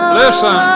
listen